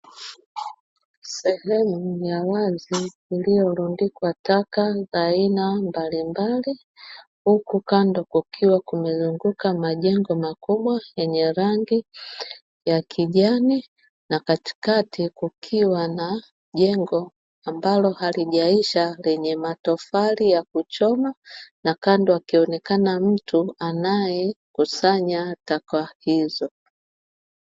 Sehemu ya wazi iliyorundikwa taka za aina mbalimbali, huku kando kukiwa kumezungukwa majengo makubwa yenye rangi ya kijani na katikati kukiwa na jengo ambalo halijaisha lenye matofali ya kuchoma, na kando akionekana mtu anayekusanya taka hizo.